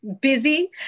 busy